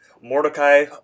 Mordecai